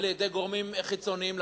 על-ידי גורמים חיצוניים,